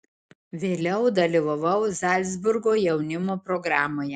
vėliau dalyvavau zalcburgo jaunimo programoje